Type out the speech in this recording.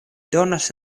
donas